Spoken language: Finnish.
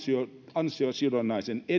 ansiosidonnaisen